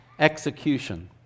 Execution